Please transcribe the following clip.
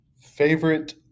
Favorite